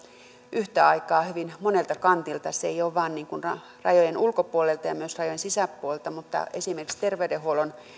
yhtä aikaa hyvin monelta kantilta ei vain rajojen ulkopuolelta ja rajojen sisäpuolelta vaan esimerkiksi terveydenhuollon